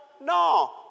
No